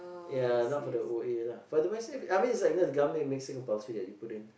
ya not for the O A lah for the Medisave I mean it's like you know the government makes it compulsory that you put in